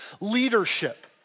leadership